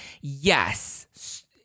Yes